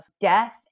death